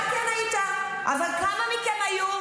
אתה כן היית, אבל כמה מכם היו?